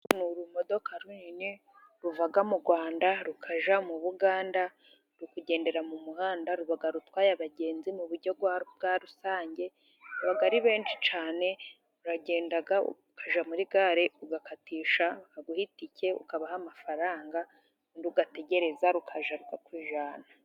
Urumodoka runini ruva mu Rwanda rukajya mu Buganda, ruri kugendera mu muhanda ruba rutwaye abagenzi mu buryo bwa rusange, baba ari benshi cyane, uragenda ukajya muri gare ugakatisha, bakaguha itike ukabaha amafaranga, ugategereza rukaza kukujyana.